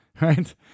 right